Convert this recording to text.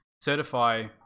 certify